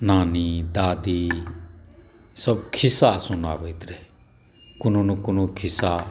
नानी दादीसभ खिस्सा सुनाबैत रहय कोनो ने कोनो खिस्सा